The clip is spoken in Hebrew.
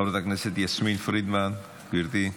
חברת הכנסת יסמין פרידמן, גברתי.